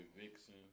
Vixen